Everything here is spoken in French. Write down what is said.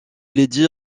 lydie